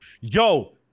Yo